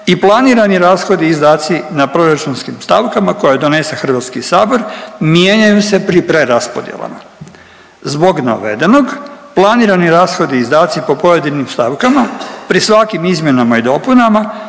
i planirani rashodi i izdaci na proračunskim stavkama koje donese HS mijenjaju se pri preraspodjelama. Zbog navedenog planirani rashodi i izdaci po pojedinim stavkama pri svakim izmjenama i dopunama